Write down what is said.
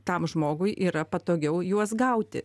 tam žmogui yra patogiau juos gauti